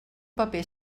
paper